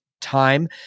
time